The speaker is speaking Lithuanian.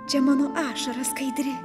čia mano ašara skaidri